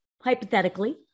hypothetically